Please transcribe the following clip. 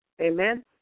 amen